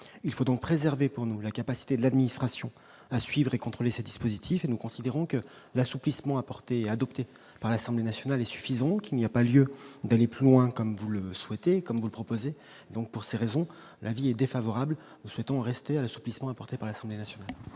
il faut donc préservé pour nous, la capacité de l'administration à suivre et contrôler ces dispositifs et nous considérons que l'assouplissement apporté adopté par l'Assemblée nationale est suffisant, qu'il n'y a pas lieu d'aller plus loin, comme vous le souhaitez, comme vous le proposez donc pour ces raisons, l'avis est défavorable, nous souhaitons rester à assouplissement apporté par l'Assemblée nationale.